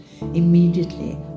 immediately